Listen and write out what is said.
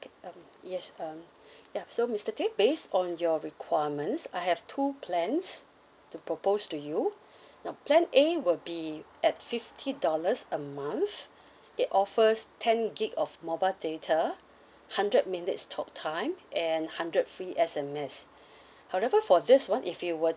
um yes um ya so mister teh based on your requirements I have two plans to propose to you now plan A will be at fifty dollars a month it offers ten gig of mobile data hundred minutes talk time and hundred free S_M_S however for this one if you were